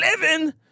living